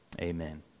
Amen